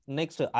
next